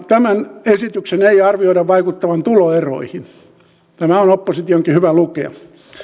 tämän esityksen ei arvioida vaikuttavan tuloeroihin tämä on oppositionkin hyvä lukea